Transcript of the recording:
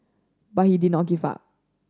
but he did not give up